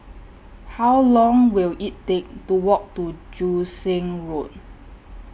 How Long Will IT Take to Walk to Joo Seng Road